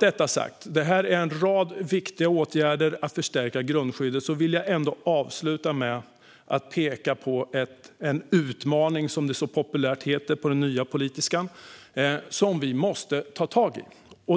Detta är en rad viktiga åtgärder för att förstärka grundskyddet. Men med detta sagt vill jag ändå avsluta med att peka på en utmaning, som det så populärt heter på den nya politiskan, som vi måste ta tag i.